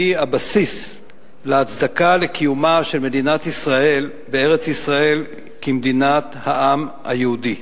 היא הבסיס להצדקת קיומה של מדינת ישראל בארץ-ישראל כמדינת העם היהודי.